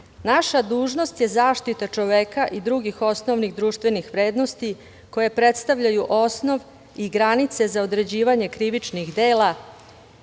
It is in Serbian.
dužnost je zaštita čoveka i drugih osnovnih društvenih vrednosti koje predstavljaju osnov i granice za određivanje krivičnih dela,